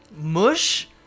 Mush